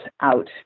out